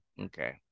Okay